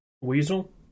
weasel